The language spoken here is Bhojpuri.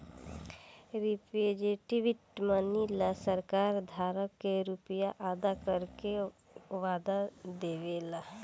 रिप्रेजेंटेटिव मनी ला सरकार धारक के रुपिया अदा करे के वादा देवे ला